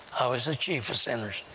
i was the chief of sinners.